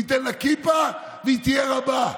הוא ייתן לה כיפה והיא תהיה רבה.